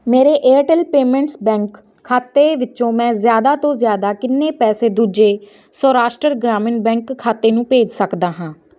ਮੇਰੇ Airtel payments bank ਖਾਤੇ ਵਿੱਚੋ ਮੈਂ ਜ਼ਿਆਦਾ ਤੋਂ ਜ਼ਿਆਦਾ ਕਿੰਨੇ ਪੈਸੇ ਦੂਜੇ ਸੌਰਾਸ਼ਟਰ ਗ੍ਰਾਮੀਣ ਬੈਂਕ ਖਾਤੇ ਨੂੰ ਭੇਜ ਸਕਦਾ ਹਾਂ